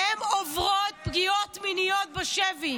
הן עוברות פגיעות מיניות בשבי.